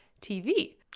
TV